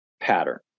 pattern